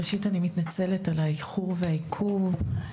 ראשית אני מתנצלת על האיחור והעיכוב.